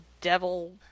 devil